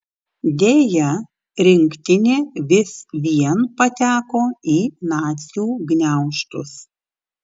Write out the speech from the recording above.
deja rinktinė vis vien pateko į nacių gniaužtus